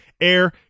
Air